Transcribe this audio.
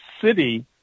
city